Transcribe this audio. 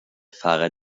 fahrer